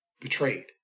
betrayed